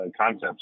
concepts